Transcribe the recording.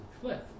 cliff